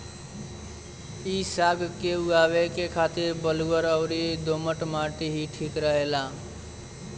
इ साग के उगावे के खातिर बलुअर अउरी दोमट माटी ही ठीक रहेला